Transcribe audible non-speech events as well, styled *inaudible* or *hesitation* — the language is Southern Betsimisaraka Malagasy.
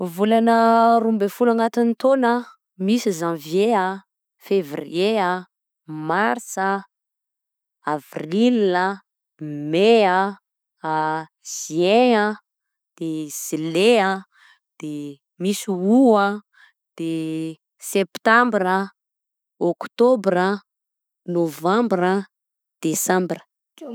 Volana roa amby folo anatin'ny taona a: misy janvier a, fevrier a, marsa a, avril a, mey a, *hesitation* juin a, de julet a, de misy aout a, de septambra, oktobra, novambra, desambra.